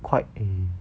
quite mm